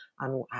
on